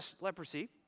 leprosy